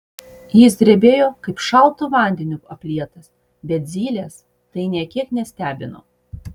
jis drebėjo kaip šaltu vandeniu aplietas bet zylės tai nė kiek nestebino